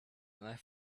and